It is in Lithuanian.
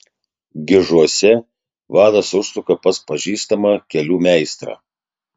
gižuose vadas užsuka pas pažįstamą kelių meistrą